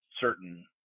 certain